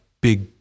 big